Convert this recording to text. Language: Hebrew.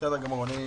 בסדר גמור, אני